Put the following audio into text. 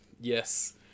yes